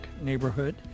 neighborhood